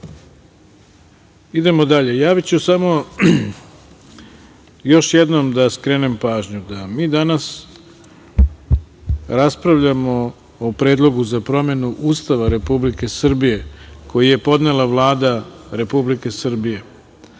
Hvala. Idemo dalje. Samo još jednom da skrenem pažnju da mi danas raspravljamo o Predlogu za promenu Ustava Republike Srbije, koji je podnela Vlada Republike Srbije,